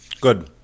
Good